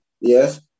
Yes